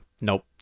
nope